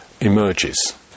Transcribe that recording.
emerges